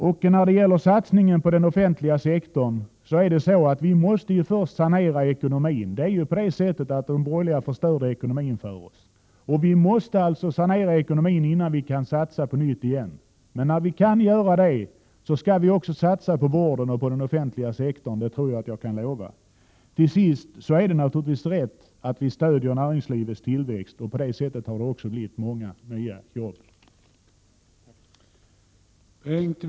Innan satsningen på den offentliga sektorn kan göras måste ekonomin saneras — de borgerliga förstörde ju ekonomin. Sedan skall vi satsa på vården och den offentliga sektorn, det kan jag lova. Slutligen är det naturligtvis riktigt att vi stöder näringslivets tillväxt, och på det sättet har det också blivit många nya jobb.